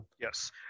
Yes